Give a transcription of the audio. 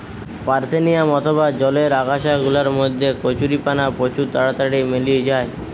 parthenium অথবা জলের আগাছা গুলার মধ্যে কচুরিপানা প্রচুর তাড়াতাড়ি মেলি যায়